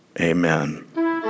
Amen